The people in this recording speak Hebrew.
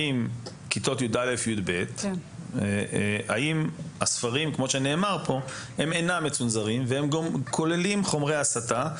האם בכיתות י"א-י"ב הספרים אינם מצונזרים והם גם כוללים חומרי הסתה?